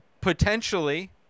potentially